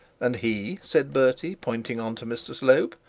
and, he said bertie, pointing on to mr slope,